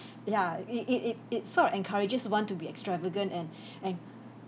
ya it it it it sort of encourages one to be extravagant and and